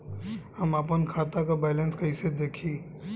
हम आपन खाता क बैलेंस कईसे देखी?